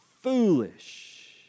foolish